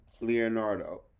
Leonardo